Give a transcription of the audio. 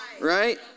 Right